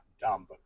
dumb